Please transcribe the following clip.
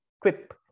quip